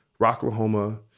Rocklahoma